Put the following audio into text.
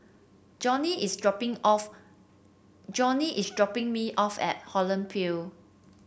Johny is dropping off Johny is dropping me off at Holland